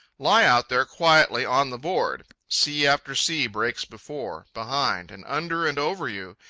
lie out there quietly on the board. sea after sea breaks before, behind, and under and over you,